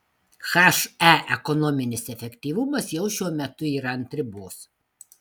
he ekonominis efektyvumas jau šiuo metu yra ant ribos